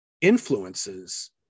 influences